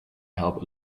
help